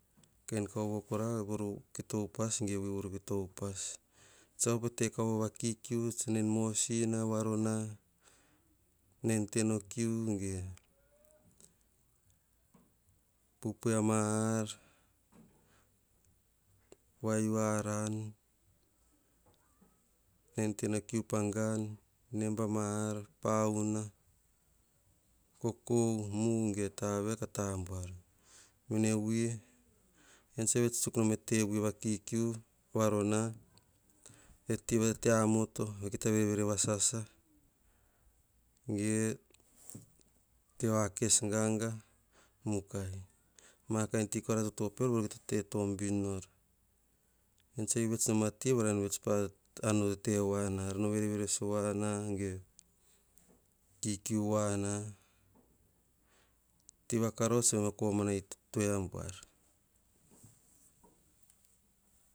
Kain kauvo kora voro ki ta upas, wi voro ki ta upas tsa op a kauvo voro kikiu, tsa na en mosina, varona, na en tenekiu, ge pupui ar mar, vayiu aran, na en tenekiu pang gan, nemba ma ar, pahuna, kokou, mu ge tavia ka ta amuar. Mene wi, eyian tsa vets tsutsuk nom a ti va kikiu varona, ti va tete amoto, ki ta verevere va sasa, ge ti va pe vekes ganga. Mukai ma kain ti kora, toto pior ki ta tombin nor. Eyian tsi vets nom a ti, varan vets nom ti, ka vets nom ar no verevere wana, kikiu wana. Tiva kakaus ka baim ma komana ituei ambuar.